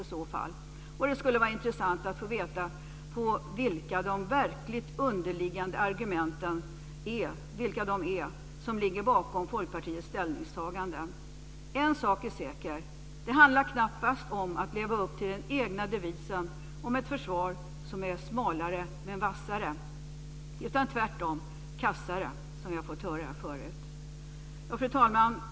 Det skulle också vara intressant att få veta vilka de underliggande, verkliga argumenten är som ligger bakom Folkpartiets ställningstagande. En sak är säker: Det handlar knappast om att leva upp till den egna devisen om ett försvar som är "smalare men vassare". Tvärtom blir det kassare, som vi har fått höra här tidigare. Fru talman!